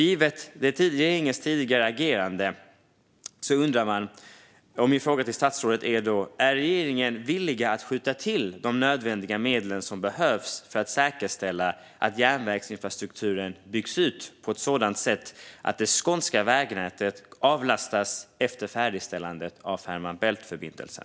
Givet regeringens agerande undrar jag: Är regeringen villig att skjuta till de nödvändiga medel som behövs för att säkerställa att järnvägsinfrastrukturen byggs ut på ett sådant sätt att det skånska vägnätet avlastas efter färdigställandet av Fehmarn Bält-förbindelsen?